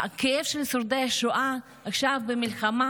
הכאב של שורדי השואה עכשיו במלחמה הוא